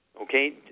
Okay